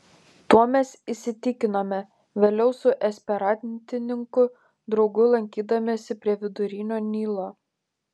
tuom mes įsitikinome vėliau su esperantininkų draugu lankydamiesi prie vidurinio nilo